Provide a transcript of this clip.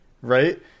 right